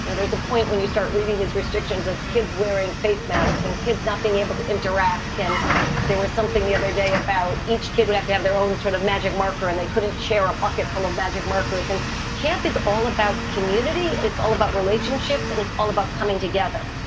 you know there's a point when you start reading these restrictions of kids wearing face masks and kids not being able to interact. and there was something the other day about each kid would have to have their own sort of magic marker and they couldn't share a bucket full of magic markers. and camp is all about community. it's all about relationships, and it's all about coming together.